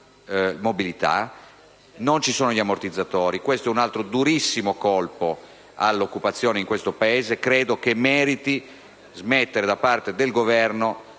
non ci sono gli ammortizzatori. Questo è un altro durissimo colpo all'occupazione in questo Paese, e credo che convenga smettere, da parte del Governo,